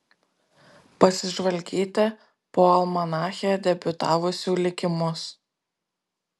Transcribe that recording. pasižvalgyti po almanache debiutavusių likimus